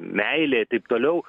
meilė i taip toliau